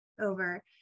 over